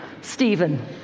Stephen